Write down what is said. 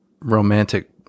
romantic